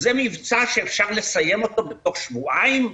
זה מבצע שאפשר לסיים אותו בתוך שבועיים,